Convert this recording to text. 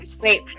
Wait